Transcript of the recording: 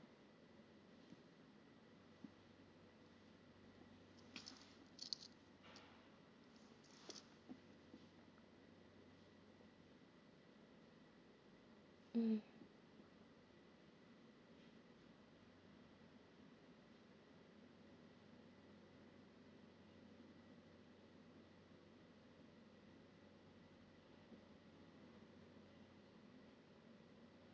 mm